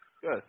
Good